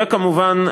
וכמובן,